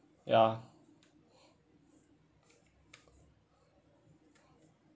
ya